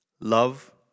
Love